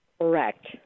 Correct